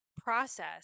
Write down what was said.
process